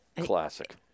Classic